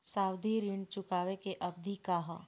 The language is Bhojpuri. सावधि ऋण चुकावे के अवधि का ह?